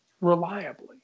reliably